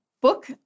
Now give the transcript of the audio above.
book